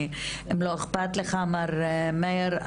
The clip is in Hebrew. אם לא אכפת לך מר מאיר,